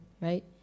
right